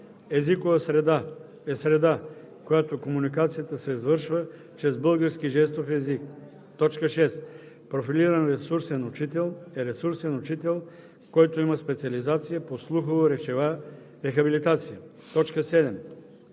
„Езикова среда“ е среда, в която комуникацията се извършва чрез български жестов език. 6. „Профилиран ресурсен учител“ е ресурсен учител, който има специализация по „Слухово-речева рехабилитация“. 7.